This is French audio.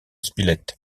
spilett